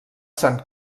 sant